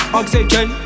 oxygen